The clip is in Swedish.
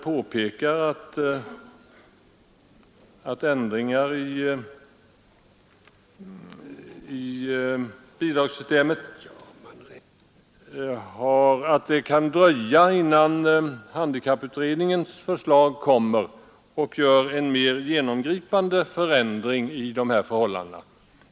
Reservanterna påpekar att det kan dröja innan handikapputredningens förslag framläggs och möjliggör en mera genomgripande förändring av förhållandena.